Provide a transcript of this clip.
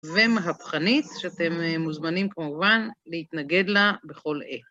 ומהפכנית, שאתם מוזמנים כמובן להתנגד לה בכל אי.